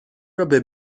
رابه